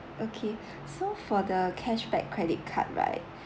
okay so for the cashback credit card right